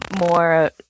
more